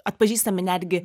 atpažįstami netgi